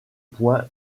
point